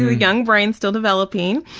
ah young brain still developing.